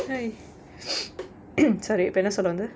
sorry இப்ப என்ன சொல்ல வந்த:ippa enna solla vantha